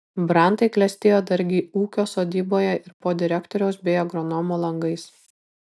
brantai klestėjo dargi ūkio sodyboje ir po direktoriaus bei agronomo langais